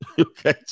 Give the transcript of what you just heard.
Okay